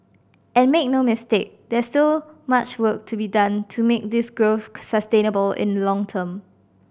and make no mistake there's still much work to be done to make this growth sustainable in long term